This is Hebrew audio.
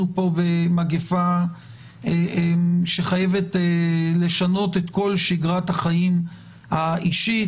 פה במגפה שחייבת לשנות את כל שגרת החיים האישית,